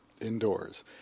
indoors